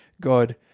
God